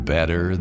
Better